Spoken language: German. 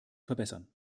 verbessern